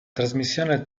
trasmissione